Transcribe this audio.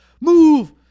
move